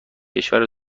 کشور